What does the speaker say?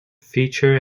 feature